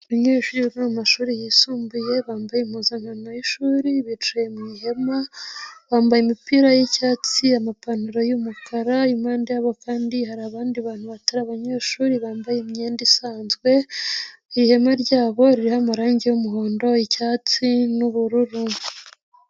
Abanyeshuri ba mu mumashuri yisumbuye, bambaye impuzankano yishuri, bicaye mu ihema, bambaye imipira y'icyatsi, amapantaro y'umukara, impande yabo kandi hari abandi bantu batari abanyeshuri bambaye imyenda isanzwe, ihema ryabo ririho amarangi y'umuhondo, icyatsi n'ubururu.